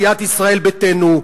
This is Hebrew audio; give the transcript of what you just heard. סיעת ישראל ביתנו,